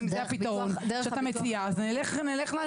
אם זה הפתרון שאתה מציע, אז נלך לשם.